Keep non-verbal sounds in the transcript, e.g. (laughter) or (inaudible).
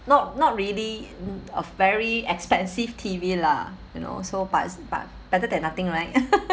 not not really mm a very expensive T_V lah you know so but but better than nothing right (laughs)